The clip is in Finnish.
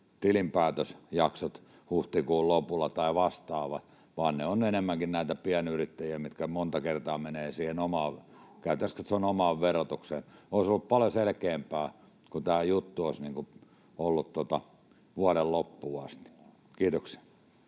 tilinpäätösjaksot huhtikuun lopulla tai vastaavaa, vaan he ovat enemmänkin näitä pienyrittäjiä, joilla monta kertaa menee käytännöllisesti katsoen siihen omaan verotukseen. Olisi ollut paljon selkeämpää, kun tämä juttu olisi ollut vuoden loppuun asti. — Kiitoksia.